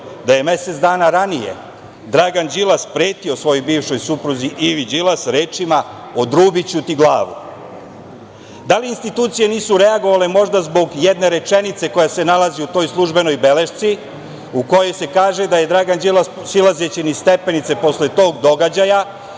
da je mesec dana ranije Dragan Đilas pretio svojoj bivšoj supruzi Ivi Đilas, rečima - odrubiću ti glavu. Da li institucije nisu reagovale možda zbog jedne rečenice koja se nalazi u toj službenoj belešci u kojoj se kaže da je Dragan Đilas silazeći niz stepenice posle tog događaja,